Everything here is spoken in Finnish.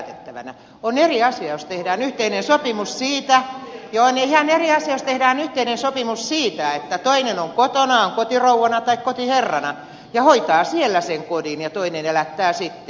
joo on ihan eri asia sittenkään yhteinen sopimus siitä jää neljään eri jos tehdään yhteinen sopimus siitä että toinen on kotona on kotirouvana tai kotiherrana ja hoitaa siellä sen kodin ja toinen elättää sitten